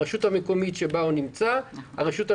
הרשות המקומית שבה נמצא מוסד החינוך,